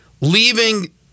leaving